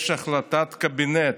יש החלטת קבינט.